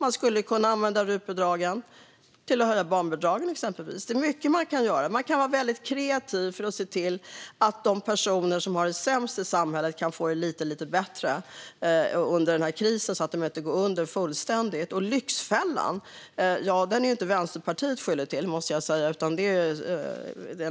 Man skulle kunna använda rutbidragen till att höja barnbidraget. Det är mycket man kan göra. Man kan vara väldigt kreativ för att se till att de personer som har det sämst i samhället kan få det lite, lite bättre under den här krisen så att de inte går under fullständigt. Lyxfällan är inte vi i Vänsterpartiet skyldiga till, måste jag säga, utan det är